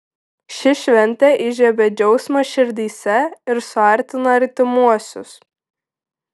ši šventė įžiebia džiaugsmą širdyse ir suartina artimuosius